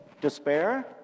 Despair